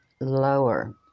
lower